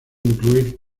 incluir